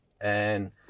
and-